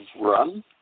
run